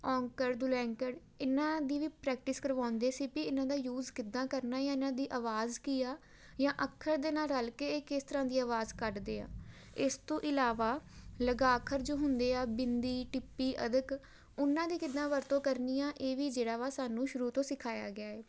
ਔਂਕੜ ਦੁਲੈਂਕੜ ਇਹਨਾਂ ਦੀ ਵੀ ਪ੍ਰੈਕਟਿਸ ਕਰਵਾਉਂਦੇ ਸੀ ਵੀ ਇਹਨਾਂ ਦਾ ਯੂਜ ਕਿੱਦਾਂ ਕਰਨਾ ਜਾਂ ਇਹਨਾਂ ਦੀ ਆਵਾਜ਼ ਕੀ ਆ ਜਾਂ ਅੱਖਰ ਦੇ ਨਾਲ ਰਲ ਕੇ ਇਹ ਕਿਸ ਤਰ੍ਹਾਂ ਦੀ ਆਵਾਜ਼ ਕੱਢਦੇ ਆ ਇਸ ਤੋਂ ਇਲਾਵਾ ਲਗਾਖਰ ਜੋ ਹੁੰਦੇ ਆ ਬਿੰਦੀ ਟਿੱਪੀ ਅੱਧਕ ਉਹਨਾਂ ਦੀ ਕਿੱਦਾਂ ਵਰਤੋਂ ਕਰਨੀ ਆ ਇਹ ਵੀ ਜਿਹੜਾ ਵਾ ਸਾਨੂੰ ਸ਼ੁਰੂ ਤੋਂ ਸਿਖਾਇਆ ਗਿਆ ਹੈ